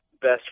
best